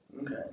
Okay